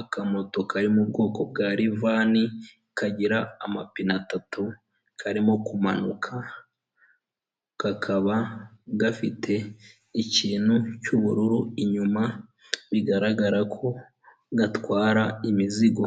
aka moto kari mu bwoko bwa rifani kagira amapine atatu, karimo kumanuka kakaba gafite ikintu cy'ubururu inyuma bigaragara ko gatwara imizigo.